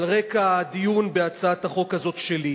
על רקע הדיון בהצעת החוק הזאת שלי,